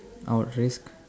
I would risk